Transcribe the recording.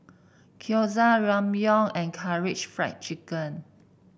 Gyoza Ramyeon and Karaage Fried Chicken